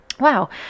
Wow